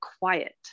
quiet